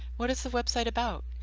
what is the website about?